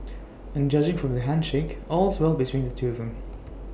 and judging from this handshake all's well between the two of them